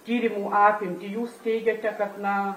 tyrimų apimtį jūs teigiate kad na